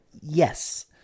Yes